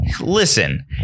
Listen